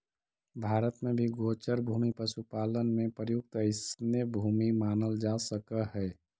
भारत में भी गोचर भूमि पशुपालन में प्रयुक्त अइसने भूमि मानल जा सकऽ हइ